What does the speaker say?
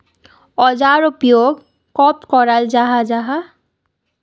औजार उपयोग कब कराल जाहा जाहा?